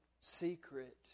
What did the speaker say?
secret